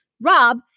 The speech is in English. Rob